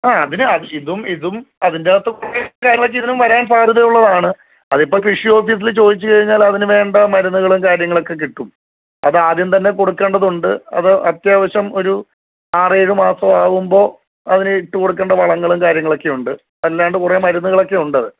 ആ അതിന് ഇതും ഇതും അതിൻറെ അകത്ത് കുറേ വരാൻ സാധ്യത ഉള്ളതാണ് അതിപ്പോൾ കൃഷി ഓഫീസിൽ ചോദിച്ച് കഴിഞ്ഞാൽ അതിനുവേണ്ട മരുന്നുകളും കാര്യങ്ങളൊക്കെ കിട്ടും അതാദ്യം തന്നെ കൊടുക്കേണ്ടതുണ്ട് അത് അത്യാവശ്യം ഒരു ആറേഴ് മാസം ആവുമ്പോൾ അതിന് ഇട്ട് കൊടുക്കേണ്ട വളങ്ങൾ കാര്യങ്ങളൊക്കെ ഉണ്ട് അല്ലാണ്ട് കുറേ മരുന്നുകളൊക്കെ ഉണ്ടത്